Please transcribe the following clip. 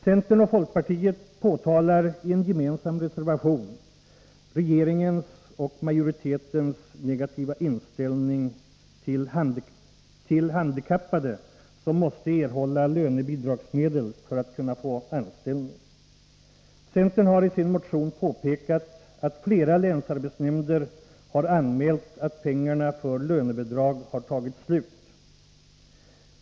Centern och folkpartiet påtalar i en gemensam reservation regeringens och majoritetens negativa inställning till handikappade som måste erhålla lönebidragsmedel för att kunna få en anställning. Centern har i sin motion påpekat att flera länsarbetsnämnder har anmält att pengarna för lönebidrag har tagit slut.